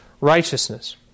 righteousness